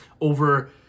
over